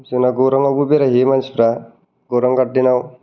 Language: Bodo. जोंना गौरांयावबो बेराय हैयो मानसिफ्रा गौरां गार्देनाव